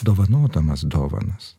dovanodamas dovanas